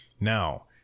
Now